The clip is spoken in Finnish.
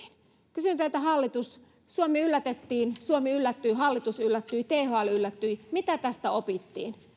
kysyn teiltä hallitus suomi yllätettiin suomi yllättyi hallitus yllättyi thl yllättyi mitä tästä opittiin